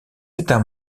états